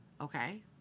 Okay